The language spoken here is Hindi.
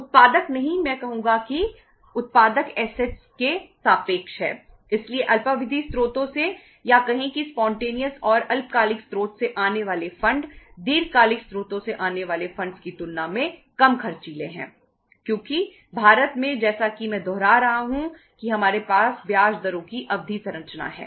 उत्पादक नहीं मैं कहूंगा कि उत्पादक एसेटस की तुलना में कम खर्चीले हैं क्योंकि भारत में जैसा कि मैं दोहरा रहा हूं कि हमारे पास ब्याज दरों की अवधि संरचना है